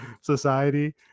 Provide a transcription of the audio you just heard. society